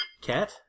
Cat